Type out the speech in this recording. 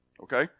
okay